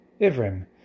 Ivrim